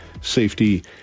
safety